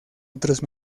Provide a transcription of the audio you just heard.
otros